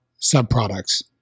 subproducts